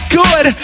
good